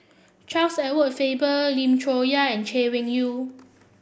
Charles Edward Faber Lim Chong Yah and Chay Weng Yew